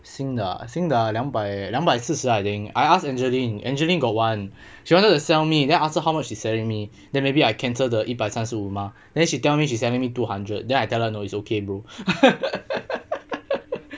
新的啊新的啊两百两百四十 I think I ask angeline angeline got one she wanted to sell me then I ask her how much she selling me then maybe I cancel the 一百三十五 mah then she tell me she selling me two hundred then I tell her no it's okay bro